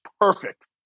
perfect